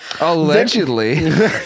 Allegedly